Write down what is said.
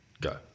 go